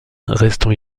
restons